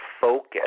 focus